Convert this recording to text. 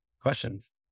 questions